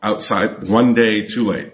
outside one day too late